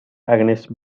against